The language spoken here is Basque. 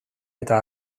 eta